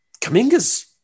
Kaminga's